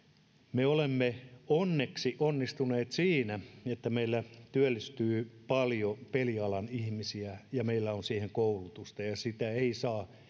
me olemme onneksi onnistuneet siinä että meillä työllistyy paljon pelialan ihmisiä ja meillä on siihen koulutusta sitä ei saa